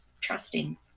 trusting